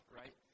right